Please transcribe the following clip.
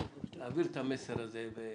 להעביר את המסר הזה.